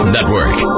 Network